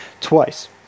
twice